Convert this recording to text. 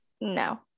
No